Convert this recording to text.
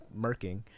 murking